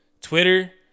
Twitter